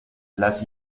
las